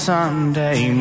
Sunday